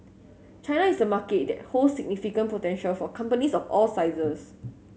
China is a market that holds significant potential for companies of all sizes